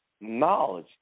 knowledge